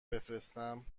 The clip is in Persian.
بفرستم